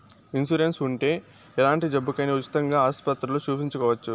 insurance ఉంటే ఎలాంటి జబ్బుకైనా ఉచితంగా ఆస్పత్రుల్లో సూపించుకోవచ్చు